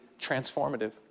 transformative